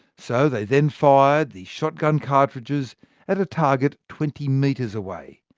so they then fired the shotgun cartridges at a target twenty metres away,